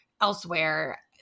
elsewhere